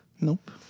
nope